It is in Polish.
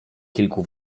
kilku